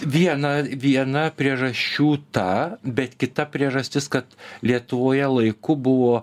viena viena priežasčių ta bet kita priežastis kad lietuvoje laiku buvo